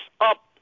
up